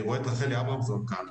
אני רואה את רחלי אברמזון כאן,